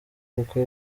kuko